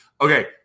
okay